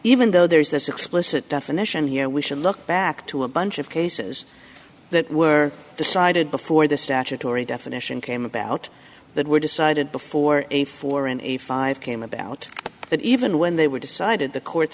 even though there is this explicit definition here we should look back to a bunch of cases that were decided before the statutory definition came about that were decided before a four and a five came about that even when they were decided the court